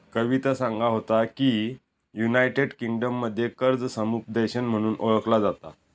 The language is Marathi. कविता सांगा होता की, युनायटेड किंगडममध्ये कर्ज समुपदेशन म्हणून ओळखला जाता